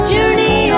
Journey